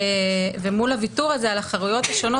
ומול הוויתור הזה על החרויות השונות,